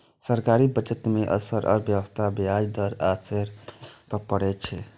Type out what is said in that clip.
सरकारी बजट के असर अर्थव्यवस्था, ब्याज दर आ शेयर बाजार पर पड़ै छै